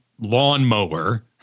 lawnmower